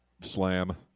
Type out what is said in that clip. slam